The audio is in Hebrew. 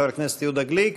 חבר הכנסת יהודה גליק,